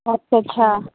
अच्छा अच्छा